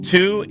Two